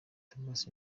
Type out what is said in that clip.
tomas